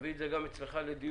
שתביא את זה גם אצלך לדיון.